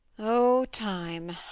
o time,